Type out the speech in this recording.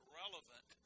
relevant